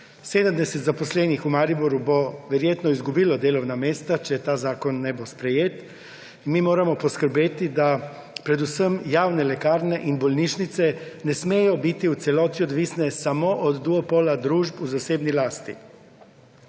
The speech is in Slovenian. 70 zaposlenih v Mariboru bo verjetno izgubilo delovna mesta, če ta zakon ne bo sprejet. Mi moramo poskrbeti, da predvsem javne lekarne in bolnišnice ne smejo biti v celoti odvisne samo od duopola družb v zasebni lasti.